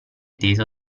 teso